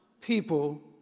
people